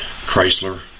Chrysler